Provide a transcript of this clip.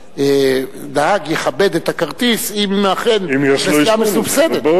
שהנהג יכבד את הכרטיס אם אכן הנסיעה מסובסדת.